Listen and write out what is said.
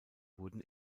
wurden